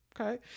Okay